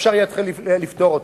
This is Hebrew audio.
אפשר יהיה לפתור אותה.